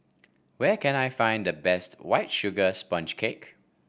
where can I find the best White Sugar Sponge Cake